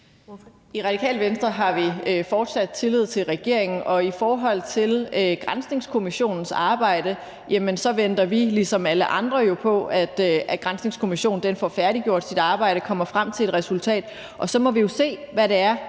I Radikale Venstre har vi fortsat tillid til regeringen. Og i forhold til granskningskommissionens arbejde venter vi ligesom alle andre jo på, at granskningskommissionen får færdiggjort sit arbejde og kommer frem til et resultat, og så må vi jo se, hvad det er,